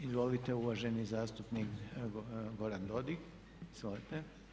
Izvolite uvaženi zastupnik Goran Dodig, izvolite.